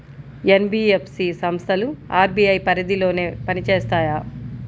NBFC సంస్థలు RBI పరిధిలోనే పని చేస్తాయా?